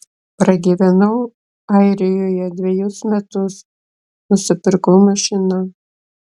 pragyvenau airijoje dvejus metus nusipirkau mašiną